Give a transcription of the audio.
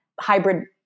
hybrid